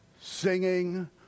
singing